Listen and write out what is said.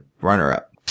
Runner-up